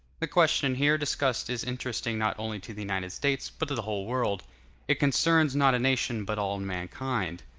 the question here discussed is interesting not only to the united states, but to the whole world it concerns, not a nation, but all mankind.